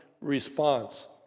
response